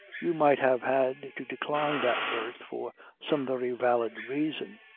you might have had to decline that berth for some very valid reason.